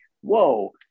whoa